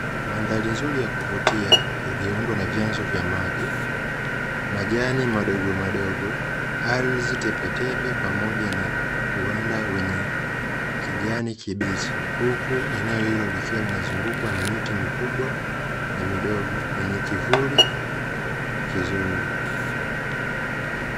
Mandhari nzuri ya kuvutia iliyoundwa na vyanzo vya maji, majani madogomadogo, ardhi tepetepe pamoja na uwanda wenye kijani kibichi; huku eneo hilo likiwa linazungukwa na miti mikubwa na midogo yenye kivuli kizuri.